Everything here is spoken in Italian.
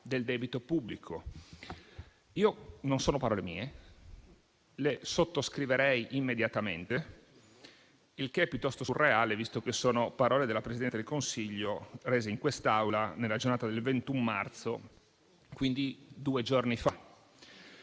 del debito pubblico. Non sono parole mie, ma le sottoscriverei immediatamente, il che è piuttosto surreale, visto che sono parole della Presidente del Consiglio, rese in quest'Aula nella giornata del 21 marzo, quindi due giorni fa.